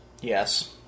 Yes